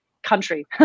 country